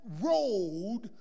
road